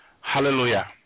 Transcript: Hallelujah